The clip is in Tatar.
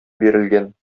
бирелгән